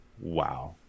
Wow